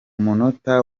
munota